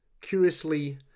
curiously